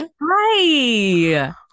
Hi